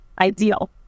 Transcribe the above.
ideal